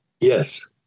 Yes